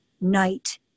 night